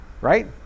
right